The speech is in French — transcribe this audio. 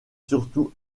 surtout